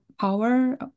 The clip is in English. power